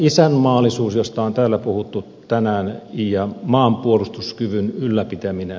isänmaallisuus josta on täällä puhuttu tänään ja maanpuolustuskyvyn ylläpitäminen